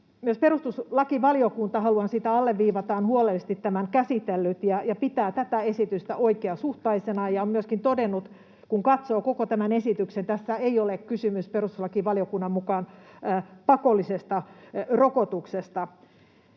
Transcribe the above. Myös perustuslakivaliokunta — haluan sitä alleviivata — on huolellisesti tämän käsitellyt ja pitää tätä esitystä oikeasuhtaisena ja on myöskin todennut, että kun katsoo koko tämän esityksen, tässä ei ole kysymys perustuslakivaliokunnan mukaan pakollisesta rokotuksesta.